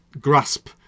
grasp